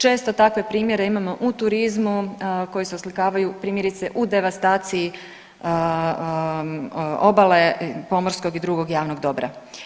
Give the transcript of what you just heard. Često takve primjere imamo u turizmu koji se oslikavaju primjerice u devastaciji obale, pomorskog i drugog javnog dobra.